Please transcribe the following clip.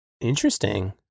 Interesting